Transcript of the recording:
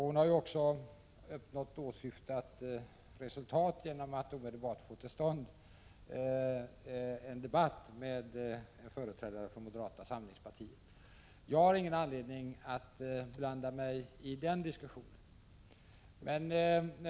Hon har också uppnått åsyftat resultat genom att hon omedelbart fått till stånd en debatt med företrädare för moderata samlingspartiet. Jag har ingen anledning att blanda mig i den diskussionen.